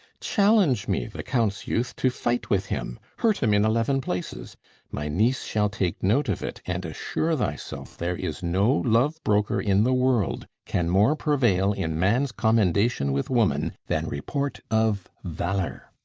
challenge me the count's youth to fight with him hurt him in eleven places my niece shall take note of it and assure thyself, there is no love-broker in the world can more prevail in man's commendation with woman than report of valour.